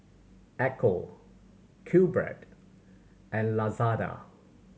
Ecco QBread and Lazada